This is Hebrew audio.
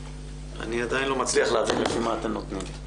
אני עדיין לא מצליח להבין לפי מה אתם נותנים.